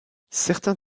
certains